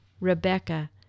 Rebecca